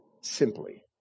simply